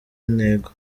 intego